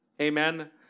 Amen